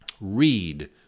read